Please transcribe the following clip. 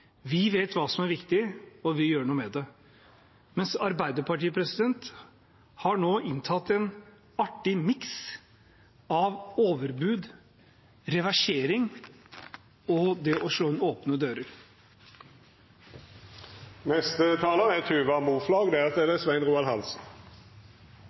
Vi vet hva som er viktig, og vi gjør noe med det, mens Arbeiderpartiet nå har inntatt en artig miks av overbud, reversering og det å slå inn åpne